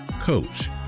coach